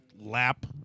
lap